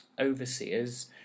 overseers